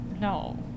No